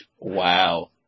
Wow